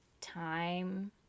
time